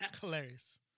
Hilarious